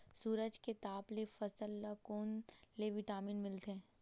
सूरज के ताप ले फसल ल कोन ले विटामिन मिल थे?